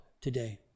today